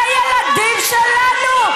זה הילדים שלנו,